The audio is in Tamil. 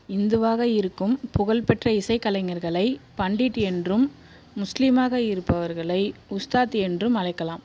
இந்துவாக இருக்கும் புகழ்பெற்ற இசைக்கலைஞர்களை பண்டிட் என்றும் முஸ்லிமாக இருப்பவர்களை உஸ்தாத் என்றும் அழைக்கலாம்